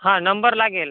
हा नंबर लागेल